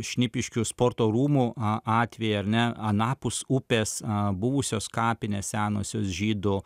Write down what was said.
šnipiškių sporto rūmų atvejį ar ne anapus upės a buvusios kapinės senosios žydų